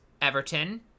Everton